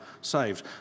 saved